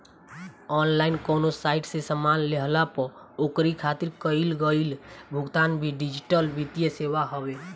online कवनो site से सामान लेहला पअ ओकरी खातिर कईल गईल भुगतान भी डिजिटल वित्तीय सेवा हवे